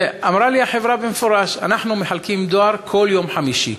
והחברה אמרה לי במפורש: אנחנו מחלקים דואר כל יום חמישי.